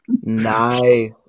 Nice